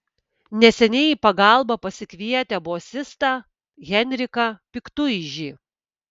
neseniai į pagalbą pasikvietę bosistą henriką piktuižį